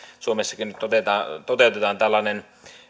suomessakin nyt toteutetaan tällainen